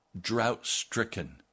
drought-stricken